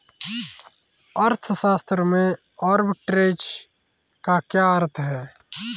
अर्थशास्त्र में आर्बिट्रेज का क्या अर्थ है?